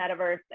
metaverse